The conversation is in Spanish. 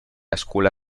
escuela